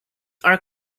are